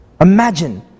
Imagine